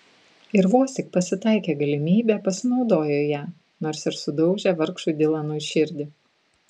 ir vos tik pasitaikė galimybė pasinaudojo ja nors ir sudaužė vargšui dilanui širdį